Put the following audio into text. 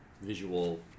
visual